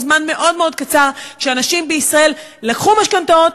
זמן מאוד מאוד קצר במצב שאנשים בישראל לקחו משכנתאות